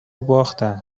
باختن